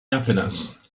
happiness